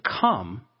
come